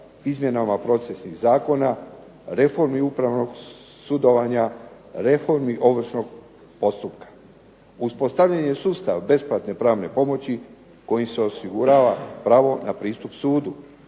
izmjenama procesnih zakona, reformi upravnog sudovanja, reformi ovršnog postupka. Uspostavljen je sustav besplatne pravne pomoći kojim se osigurava pravo na pristup sudu.